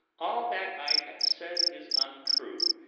all that i have said is untrue.